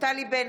נפתלי בנט,